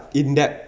in debt